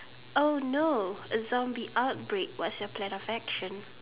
oh no a zombie outbreak what's your plan of action